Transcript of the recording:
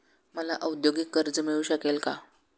मला औद्योगिक कर्ज मिळू शकेल का?